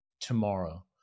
tomorrow